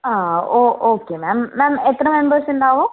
ആ ഓ okay ma'am ma'am എത്ര മെമ്പേഴ്സ് ഉണ്ടാവും